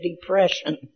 depression